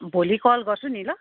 भोलि कल गर्छु नि ल